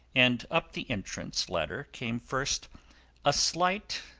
and up the entrance ladder came first a slight,